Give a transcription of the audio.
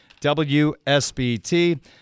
WSBT